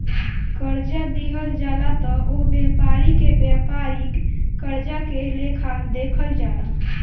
कर्जा दिहल जाला त ओह व्यापारी के व्यापारिक कर्जा के लेखा देखल जाला